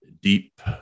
deep